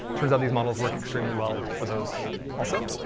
turns out these models work extremely well for those also.